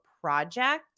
project